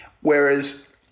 Whereas